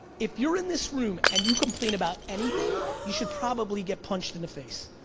if you're in this room, and you complain about anything, you should probably get punched in the face.